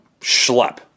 schlep